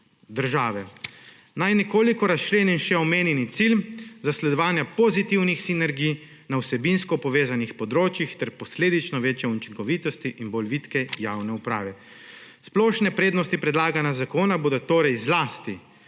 države. Naj nekoliko razčlenim še omenjeni cilj zasledovanja pozitivnih sinergij na vsebinsko povezanih področjih ter posledično večje učinkovitosti in bolj vitke javne uprave. Splošne prednosti predlaganega zakona bodo torej zlasti: